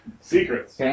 Secrets